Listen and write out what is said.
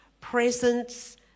presence